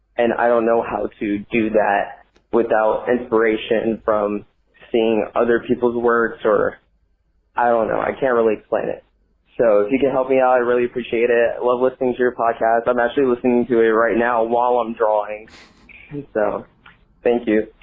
and i don't know how to do that without inspiration from seeing other people's words, or i don't know. i can't really explain it so if you can help me out, i really appreciate it. love listening to your podcast i'm actually listening to it right now while i'm drawing so and so thank you.